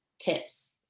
tips